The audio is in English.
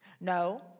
No